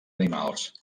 animals